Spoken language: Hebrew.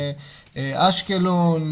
באשקלון,